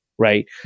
right